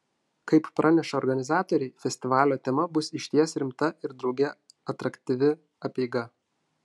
kaip praneša organizatoriai festivalio tema bus išties rimta ir drauge atraktyvi apeiga